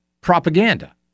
propaganda